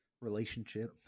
relationship